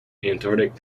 antarctic